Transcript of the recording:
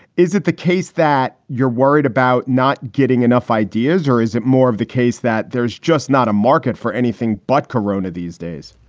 is it the case that you're worried about not getting enough ideas or is it more of the case that there's just not a market for anything but corona these days?